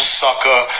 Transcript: sucker